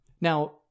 Now